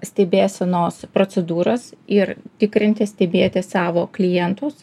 stebėsenos procedūras ir tikrinti stebėti savo klientus